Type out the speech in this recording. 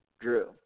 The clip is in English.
Drew